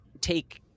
take